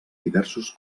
diversos